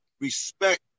respect